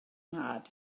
nhad